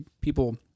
people